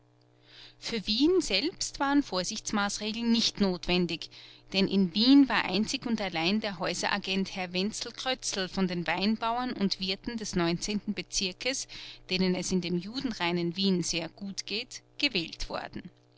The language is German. für wien selbst waren vorsichtsmaßregeln nicht notwendig denn in wien war einzig und allein der häuseragent herr wenzel krötzl von den weinbauern und wirten des neunzehnten bezirkes denen es in dem judenreinen wien sehr gut ging gewählt worden